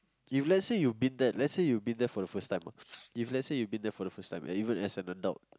if let's say you've been there let's say you've been there for a first time if let's say you've been there for a first time and even as an adult